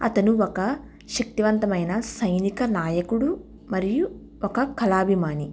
అతను ఒక శక్తివంతమైన సైనిక నాయకుడు మరియు ఒక కళాభిమాని